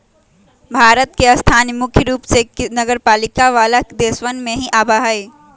भारत के स्थान मुख्य रूप से नगरपालिका वाला देशवन में ही आवा हई